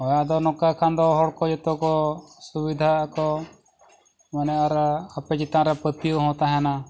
ᱦᱚᱭ ᱟᱫᱚ ᱱᱚᱝᱠᱟ ᱠᱷᱟᱱ ᱫᱚ ᱦᱚᱲᱠᱚ ᱡᱚᱛᱚ ᱠᱚ ᱥᱩᱵᱤᱫᱷᱟ ᱟ ᱠᱚ ᱢᱟᱱᱮ ᱟᱨ ᱟᱯᱮ ᱪᱮᱛᱟᱱ ᱨᱮ ᱯᱟᱹᱛᱭᱟᱹᱣ ᱦᱚᱸ ᱛᱟᱦᱮᱱᱟ